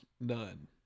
None